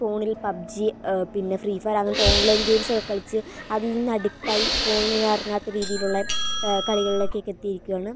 ഫോണിൽ പബ്ജി പിന്നെ ഫ്രീഫയർ അങ്ങനത്തെ ഓൺലൈൻ ഗെയിംസൊക്കെ കളിച്ച് അതിൽനിന്ന് അഡിക്റ്റായി ഫോണിൽ നിന്ന് ഇറങ്ങാത്ത രീതിയിലുള്ള കളികളിലേക്കൊക്കെ എത്തിയിരിക്കുകയാണ്